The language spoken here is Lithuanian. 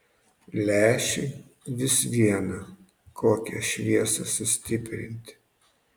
lęšiui vis viena kokią šviesą sustiprinti